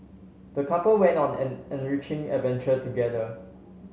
the couple went on an enriching adventure together